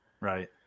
right